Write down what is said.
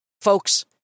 Folks